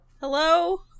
Hello